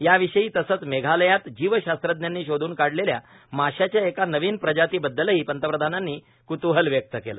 याविषयी तसंच मेघालयात जीवशास्त्रज्ञांनी शोध्न काढलेल्या माशाच्या एका नवीन प्रजातीबद्दलही पंतप्रधानांनी क्तूहल व्यक्त केलं